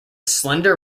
slender